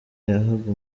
yahaga